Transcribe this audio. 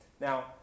Now